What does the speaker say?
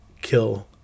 kill